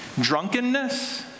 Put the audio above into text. drunkenness